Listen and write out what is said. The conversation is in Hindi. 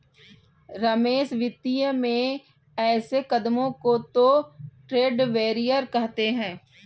रमेश वित्तीय में ऐसे कदमों को तो ट्रेड बैरियर कहते हैं